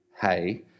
hey